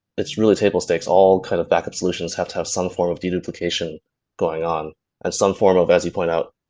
it's really table stakes. all kind of backup solutions have to have some form of d duplication going on and some form of, as you point out,